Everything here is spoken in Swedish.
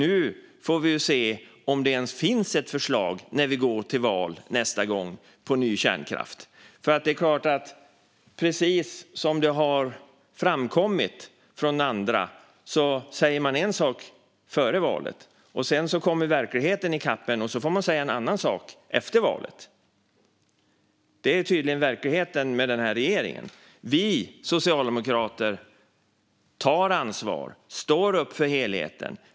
Nu får vi se om det ens finns ett förslag på ny kärnkraft när vi går till val nästa gång, för precis som det har framkommit från andra säger man en sak före valet, sedan kommer verkligheten i kapp en och så får man säga en annan sak efter valet. Det är tydligen verkligheten med den här regeringen. Vi socialdemokrater tar ansvar och står upp för helheten.